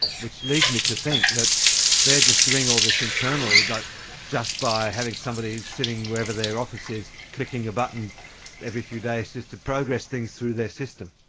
which leads me to think that they are just doing all this internally, but just by having somebody sitting wherever their office is clicking a button every few days just to progress things through their system.